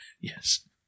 yes